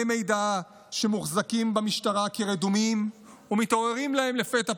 מידע שמוחזקים במשטרה רדומים ומתעוררים להם לפתע פתאום,